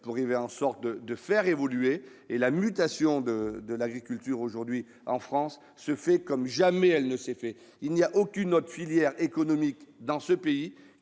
pour permettre ces évolutions. La mutation de l'agriculture aujourd'hui en France se fait comme jamais elle ne s'est faite. Il n'existe aucune autre filière économique de notre pays